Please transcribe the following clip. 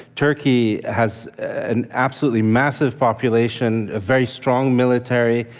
turkey has an absolutely massive population, a very strong military,